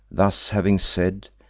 thus having said,